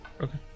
Okay